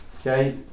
Okay